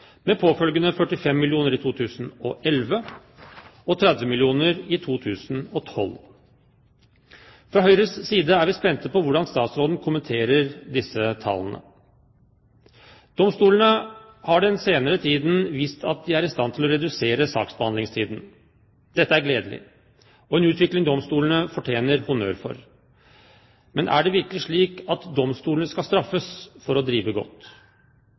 med påfølgende 45 mill. kr i 2011 og 30 mill. kr i 2012. Fra Høyres side er vi spente på hvordan statsråden kommenterer disse tallene. Domstolene har den senere tiden vist at de er i stand til å redusere saksbehandlingstiden. Dette er gledelig, og det er en utvikling domstolene fortjener honnør for. Men er det virkelig slik at domstolene skal straffes for å drive godt?